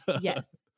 Yes